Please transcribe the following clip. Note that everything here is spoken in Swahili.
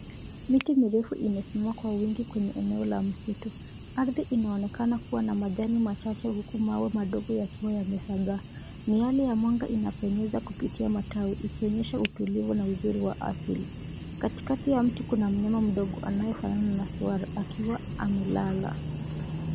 Miti mirefu imesimama kwa wingi kwenye eneo la msitu. Ardhi inaonekana kuwa na majani machache huku mawe madogo yakiwa yamesambaa. Miale ya mwanga inapenyeza kupitia matawi ikionyesha utulivu na uzuri wa asili. Katikati ya mti kuna mnyama mdogo anayefanana na swara akiwa amelala.